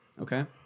okay